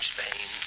Spain